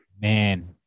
Man